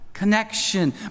Connection